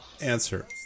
answer